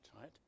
right